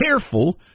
careful